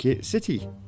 city